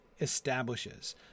establishes